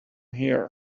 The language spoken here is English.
here